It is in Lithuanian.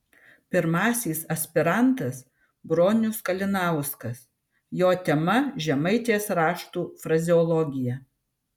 pirmasis aspirantas bronius kalinauskas jo tema žemaitės raštų frazeologija